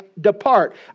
Depart